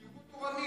שירות תורני.